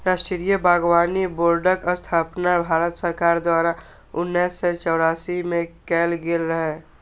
राष्ट्रीय बागबानी बोर्डक स्थापना भारत सरकार द्वारा उन्नैस सय चौरासी मे कैल गेल रहै